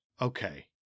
Okay